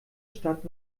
stadt